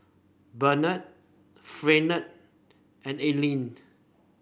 Barnard Fernand and Alline